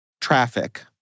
traffic